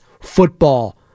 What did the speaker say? football